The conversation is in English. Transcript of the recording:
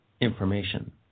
information